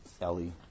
Ellie